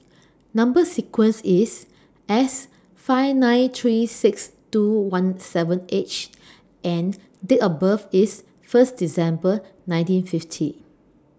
Number sequence IS S five nine three six two one seven H and Date of birth IS First December nineteen fifty